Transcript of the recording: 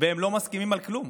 והם לא מסכימים על כלום.